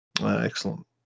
Excellent